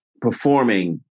performing